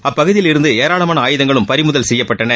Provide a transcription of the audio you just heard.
அப்பகுதியில் இருந்து ஏராளமான ஆயுதங்களும் பறிமுதல் செய்யப்பட்டன